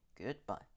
goodbye